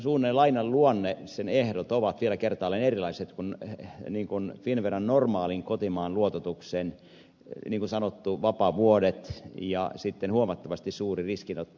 suhdannelainan luonne sen ehdot ovat vielä kertaalleen erilaiset kuin finnveran normaalin kotimaan luototuksen eli niin sanotut vapaavuodet ja sitten huomattavan suuri riskinotto